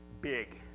big